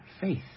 Faith